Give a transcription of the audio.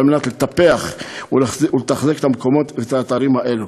מנת לטפח ולתחזק את המקומות ואת האתרים האלה.